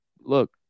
look